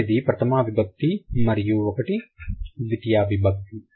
మొదటిది ప్రథమా విభక్తి మరి ఒకటి ద్వితీయా విభక్తి